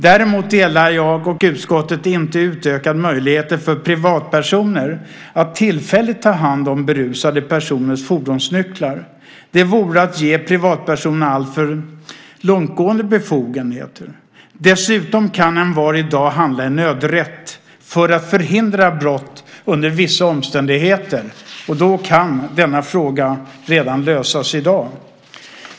Däremot anser jag och utskottet inte att man ska ge utökade möjligheter för privatpersoner att tillfälligt ta hand om berusade personers fordonsnycklar. Det vore att ge privatpersoner alltför långtgående befogenhet. Dessutom kan envar i dag handla i nödrätt för att förhindra brott under vissa omständigheter. Så kan denna fråga lösas redan i dag.